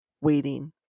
waiting